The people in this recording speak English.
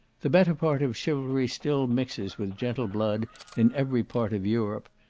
the better part of chivalry still mixes with gentle blood in every part of europe,